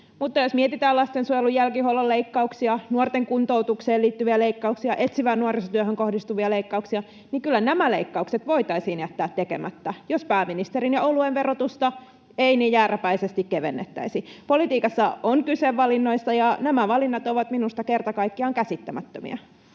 mutta jos mietitään lastensuojelun jälkihuollon leikkauksia, nuorten kuntoutukseen liittyviä leikkauksia, etsivään nuorisotyöhön kohdistuvia leikkauksia, niin kyllä nämä leikkaukset voitaisiin jättää tekemättä, jos pääministerin ja oluen verotusta ei niin jääräpäisesti kevennettäisi. Politiikassa on kyse valinnoista, ja nämä valinnat ovat minusta kerta kaikkiaan käsittämättömiä.